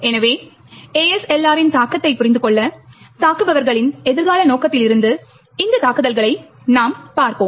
எனவே ASLR ரின் தாக்கத்தை புரிந்து கொள்ள தாக்குபவர்களின் எதிர்கால நோக்கத்திலிருந்து இந்த தாக்குதல்களை நாம் பார்ப்போம்